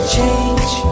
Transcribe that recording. Change